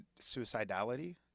suicidality